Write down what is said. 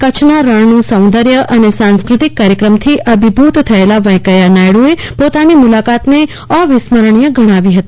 કચ્છના રણનું સૌન્દર્ય અને સંસ્કૃતિક કાર્યક્રમથી અભિભૂત થયેલા વૈકૈયા નાઈડુએ પોતાની મુલાકાતને અવિસ્મરણીય ગણાવી હતી